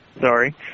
Sorry